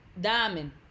Diamond